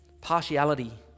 partiality